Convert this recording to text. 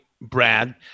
Brad